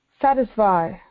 satisfy